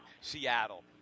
Seattle